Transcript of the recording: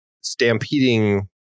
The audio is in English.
stampeding